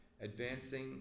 advancing